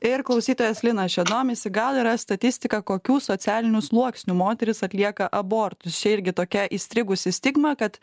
ir klausytojas linas čia domisi gal yra statistika kokių socialinių sluoksnių moterys atlieka abortus čia irgi tokia įstrigusi stigma kad